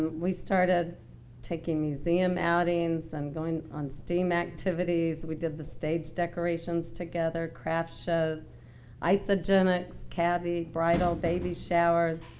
we started taking museum outings and going on steam activities. we did the stage decorations together craft shows isogenic caddy bridal baby showers.